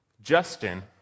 Justin